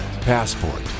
Passport